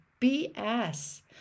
bs